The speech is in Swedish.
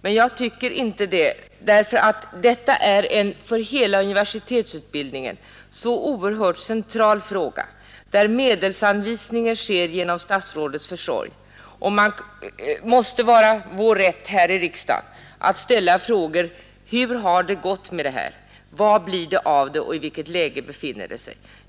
men jag tycker inte det eftersom detta är en för hela universitetsutbildningen så oerhört central fråga där medelsanvisningen sker genom statsrådets försorg. Man måste ha rätt att här i riksdagen ställa frågan hur det har gått med det här, vad det blir av det och i vilket läge det befinner sig.